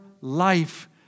life